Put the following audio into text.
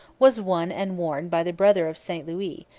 was won and worn by the brother of st louis,